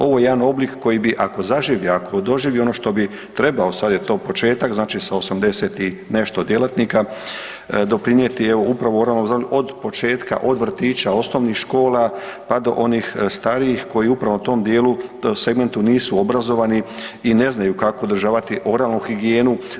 Ovo je jedan oblik koji bi ako zaživi, ako doživi ono što bi trebao, sad je to početak znači sa 80 i nešto djelatnika doprinijeti evo upravo oralnom zdravlju, od početka od vrtića, osnovnih škola pa do onih starijih koji upravo u tom dijelu, segmentu nisu obrazovani i ne znaju kako održavati oralnu higijenu.